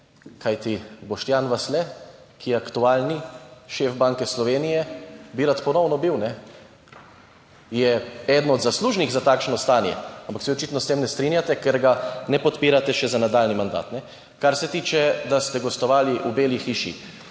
kajti Boštjan Vasle, ki je aktualni šef Banke Slovenije in bi rad bil ponovno, je eden od zaslužnih za takšno stanje, ampak se očitno s tem ne strinjate, ker ga ne podpirate še za nadaljnji mandat. Kar se tiče tega, da ste gostovali v Beli hiši.